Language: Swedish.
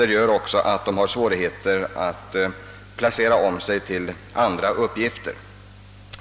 En annan orsak till att det är svårt för dem att placera om sig är åldern.